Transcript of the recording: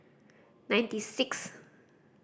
ninety six